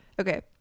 okay